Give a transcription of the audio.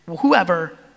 whoever